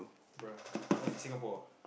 bro what in Singapore